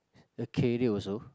a career also